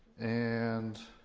and.